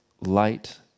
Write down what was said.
light